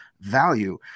value